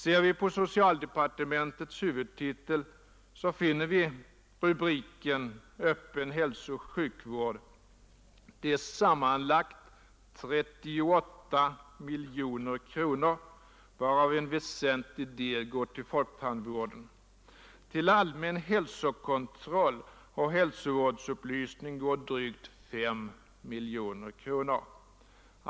Ser vi på socialdepartementets huvudtitel, finner vi att under rubriken Öppen hälsooch sjukvård är upptaget sammanlagt 38 miljoner kronor, varav en väsentlig del går till folktandvården. Till allmän hälsokontroll och hälsovårdsupplysning anslås drygt 5 miljoner kronor.